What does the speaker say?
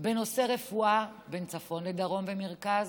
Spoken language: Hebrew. בנושא רפואה בין צפון ודרום למרכז,